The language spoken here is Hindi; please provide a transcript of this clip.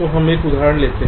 तो हम एक उदाहरण लेते हैं